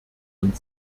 und